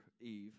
Eve